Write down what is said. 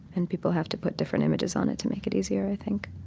and people have to put different images on it to make it easier, i think